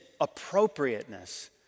appropriateness